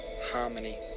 harmony